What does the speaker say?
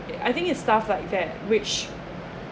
I think it's stuff like that which